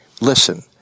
Listen